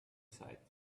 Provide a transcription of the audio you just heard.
sight